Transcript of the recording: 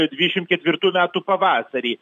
dvidešimt ketvirtų metų pavasarį